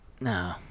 No